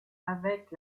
avec